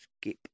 skip